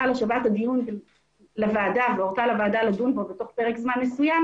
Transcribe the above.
על השבת הדיון הזה לוועדה והורתה לוועדה לדון בו בתוך פרק זמן מסוים,